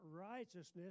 righteousness